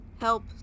Help